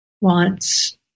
wants